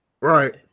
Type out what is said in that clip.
Right